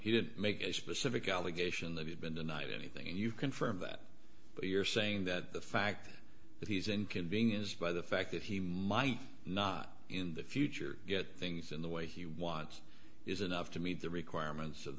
he didn't make a specific allegation that he'd been denied anything and you confirm that but you're saying that the fact that he's inconvenienced by the fact that he might not in the future get things in the way he wants is enough to meet the requirements of